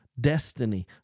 destiny